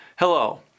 Hello